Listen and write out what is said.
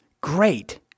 great